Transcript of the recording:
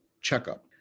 checkup